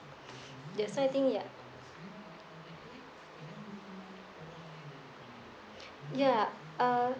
that's why I think ya ya uh